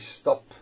stop